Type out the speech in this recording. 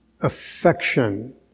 affection